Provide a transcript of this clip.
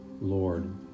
Lord